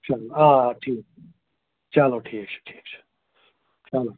چلو آ آ ٹھیٖک چلو ٹھیٖک چھُ ٹھیٖک چھُ چلو